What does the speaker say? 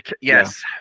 Yes